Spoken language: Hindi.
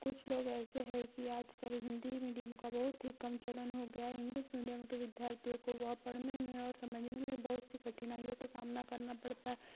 कुछ लोग ऐसे हैं कि आजकल हिंदी मीडियम का बहुत ही कम चलन हो गया है इंग्लिश मीडियम के विद्यार्थियों को वह पढ़ने में और समझने में बहुत सी कठिनाइयों का सामना करना पड़ता है